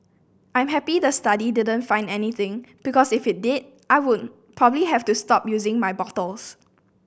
I'm happy the study didn't find anything because if it did I would probably have to stop using my bottles